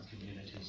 communities